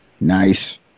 Nice